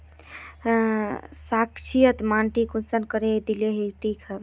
क्षारीय माटी कुंसम करे या दिले से ठीक हैबे?